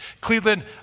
Cleveland